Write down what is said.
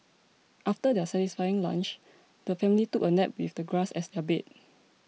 after their satisfying lunch the family took a nap with the grass as their bed